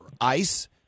Ice